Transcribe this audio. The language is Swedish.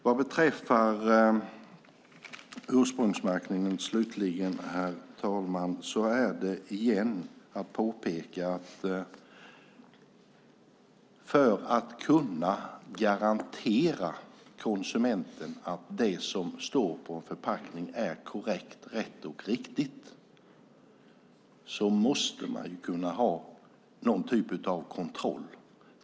När det gäller ursprungsmärkningen vill jag återigen påpeka att för att man ska kunna garantera konsumenten att det som står på förpackningen är korrekt måste man ha någon typ av kontroll.